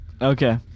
Okay